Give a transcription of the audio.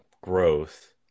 growth